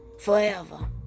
forever